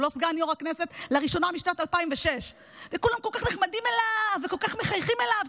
הוא לא סגן יו"ר הכנסת לראשונה משנת 2006. וכולם כל כך נחמדים אליו וכל כך מחייכים אליו,